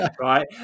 right